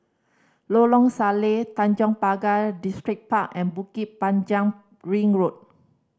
Lorong Salleh Tanjong Pagar Distripark and Bukit Panjang Ring Road